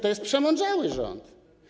To jest przemądrzały rząd.